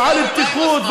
ועל פתיחות,